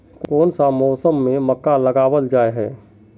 कोन सा मौसम में मक्का लगावल जाय है?